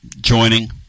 joining